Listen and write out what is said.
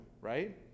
right